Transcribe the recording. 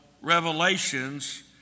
revelations